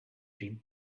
dream